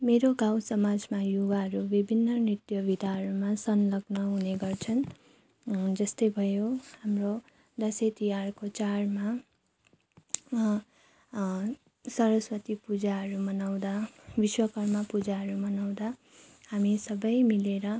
मेरो गाउँ समाजमा युवाहरू विभिन्न नृत्य विधाहरूमा संलग्न हुने गर्छन् जस्तै भयो हाम्रो दसैँ तिहारको चाडमा सरस्वती पूजाहरू मनाउँदा विश्वकर्मा पूजाहरू मनाउँदा हामी सबै मिलेर